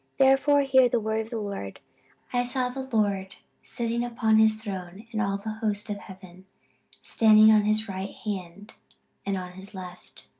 therefore hear the word of the lord i saw the lord sitting upon his throne, and all the host of heaven standing on his right hand and on his left.